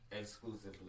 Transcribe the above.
Exclusively